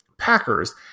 Packers